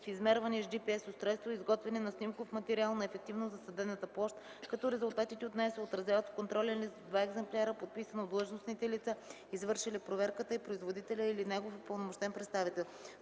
измерване с GPS устройство и изготвяне на снимков материал на ефективно засадената площ, като резултатите от нея се отразяват в контролен лист в два екземпляра, подписан от длъжностните лица, извършили проверката и производителя или негов упълномощен представител.